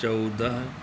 चौदह